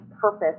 purpose